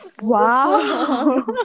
Wow